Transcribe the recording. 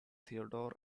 theodore